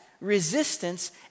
resistance